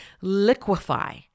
liquefy